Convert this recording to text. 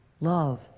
Love